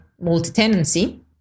multi-tenancy